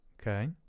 Okay